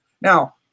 now